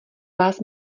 vás